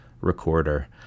recorder